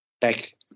back